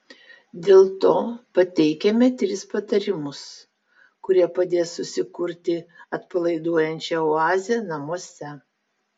dėl to pateikiame tris patarimus kurie padės susikurti atpalaiduojančią oazę namuose